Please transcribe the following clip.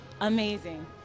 amazing